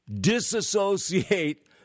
disassociate